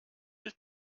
ich